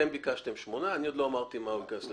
אתם ביקשתם שמונה חודשים ואני עוד לא אמרתי מתי הוא ייכנס לתוקף.